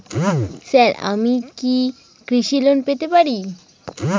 Sir আমি কি কৃষি লোন পেতে পারি?